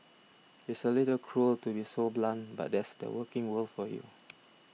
it's a little cruel to be so blunt but that's the working world for you